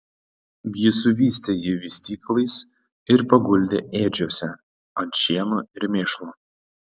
ji suvystė jį vystyklais ir paguldė ėdžiose ant šieno ir mėšlo